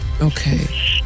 Okay